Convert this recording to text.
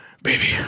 Baby